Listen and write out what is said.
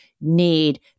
need